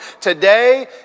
Today